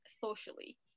socially